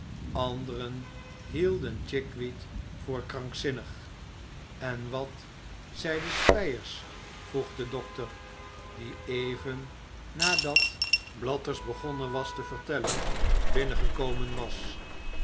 anderen hielden chickweed voor krankzinnig en wat zeide spyers vroeg de dokter die even nadat blathers begonnen was te vertellen binnengekomen was